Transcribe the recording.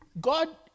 God